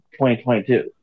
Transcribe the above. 2022